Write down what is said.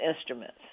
instruments